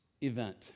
event